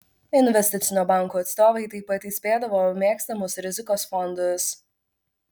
investicinio banko atstovai taip pat įspėdavo mėgstamus rizikos fondus